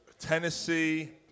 Tennessee